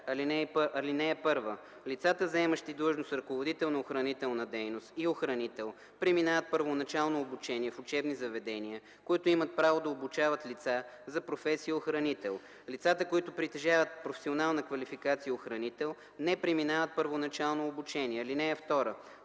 „(1) Лицата, заемащи длъжност „ръководител на охранителна дейност” и „охранител”, преминават първоначално обучение в учебни заведения, които имат право да обучават лица за професия „охранител”. Лицата, които притежават професионална квалификация „охранител”, не преминават първоначално обучение. (2)